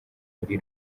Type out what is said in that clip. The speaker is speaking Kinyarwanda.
muri